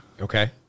Okay